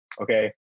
Okay